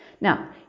Now